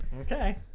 Okay